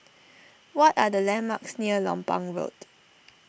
what are the landmarks near Lompang Road